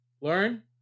learn